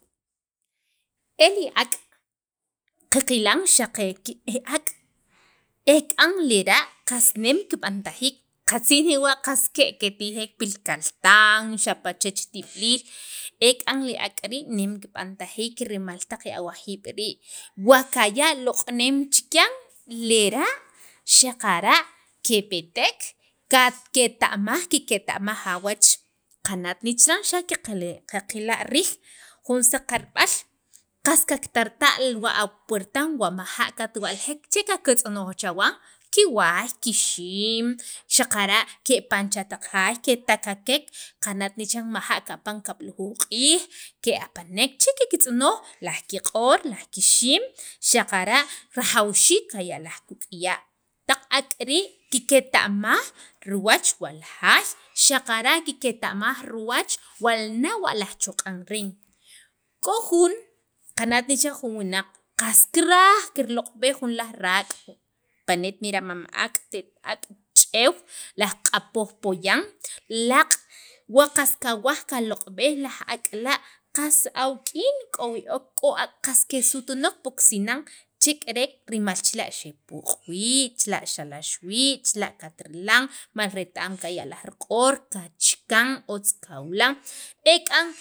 e li ak' qaqilan xaq e ak' ek'an lera' qas nem kib'antajiik qatzij newa' qas ke' eketikek pi li kaltan xapa' chech tib'iliil ek'an li ak' rii' nem kib'antajiik rimal taq awajiib' rii' loq'nem chikyan lera' xaqara' kepeteek, qa keta'maj kiketa'maj awach qana't ne chiran xa qaqela' riij jun saqarb'al qas kiktarta' wa apuertan wa maja' katwa'ljek che qaqatz'onoj chawan kiwaay, kixiim, xaqara' ke'apan cha taq jaay ketaqatek kana't ne chiran majaa' kapan kab'lujuuj q'iij ke'apanek che kiktz'onoj laj kiq'or laj kixiim xaqara' rajawxiik qaya' laj kik'uya' taq ak' rii' kiketa'maj riwach wa laj jaay xaqara' kiketa'maj wa lnawa' li ajchoq'an reen k'o jun qana't ne chiran jun wunaq qas kiraj kirloq'b'ej jun laj raak' pana't nera' laj mam ak', te'et ak', ch'eey laj q'apoj poyan laaq' wa qas kawaj kaloq'b'ej laj ak' la' qas awuik'in kik'ob' wii ok k'o ak' qas kesutnoq pi kusinan chek'eren rimal chila' xepoq' wii' chila' xalax wii' chila katrilan rimal ret- am kaya' laj riq'oor kachakan otz kawilan ek'an